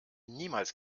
niemals